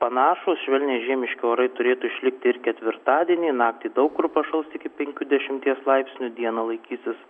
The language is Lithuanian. panašūs švelniai žiemiški orai turėtų išlikti ir ketvirtadienį naktį daug kur pašals iki penkių dešimties laipsnių dieną laikysis